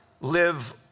live